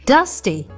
Dusty